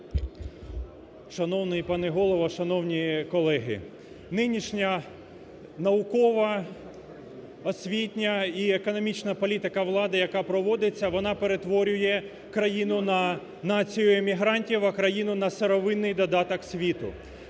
Шановний пане Голово, шановні колеги! Нинішня науково-освітня і економічна політика влади, яка проводиться, вона перетворює країну на націю емігрантів, а країну на сировинний додаток світу.